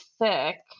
thick